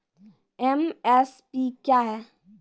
MSP क्या है?